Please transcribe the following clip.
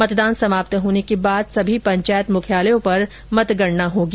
मतदान समाप्त होने के बाद सभी पंचायत मुख्यालयों पर मतगणना होगी